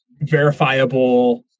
verifiable